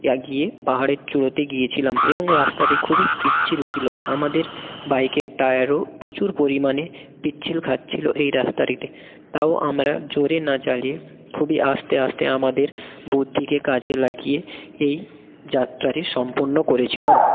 এগিয়ে পাহাড়ের চূড়তে গিয়েছিলাম এবং রাস্তাটি খুবই পিচ্ছিল ছিলো আমাদের বাইকের টায়ারও প্রচুর পরিমাণে পিছল খাচ্ছিলো এই রাস্তাটিতে তাও আমরা জোরে না চালিয়ে খুবই আস্তে আস্তে আমাদের বুদ্ধিকে কাজে লাগিয়ে এই যাত্রাটি সম্পূর্ণ করেছিলাম